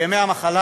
של ימי המחלה,